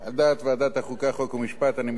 חוק ומשפט אני מתכבד להביא בפניכם את